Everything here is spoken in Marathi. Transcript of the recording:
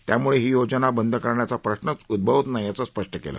त्यामुळे ही योजना बंद करण्याचा प्रश्नच उद्भवत नाही असं स्पष्ट केलं